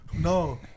No